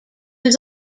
was